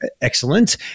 excellent